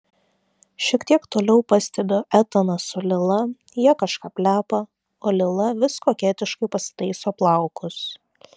šiek tiek toliau pastebiu etaną su lila jie kažką plepa o lila vis koketiškai pasitaiso plaukus